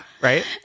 Right